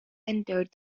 entered